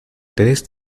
tres